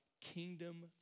kingdom